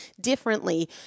differently